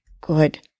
Good